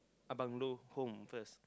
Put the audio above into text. a bungalow home first